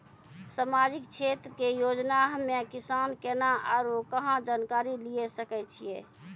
समाजिक क्षेत्र के योजना हम्मे किसान केना आरू कहाँ जानकारी लिये सकय छियै?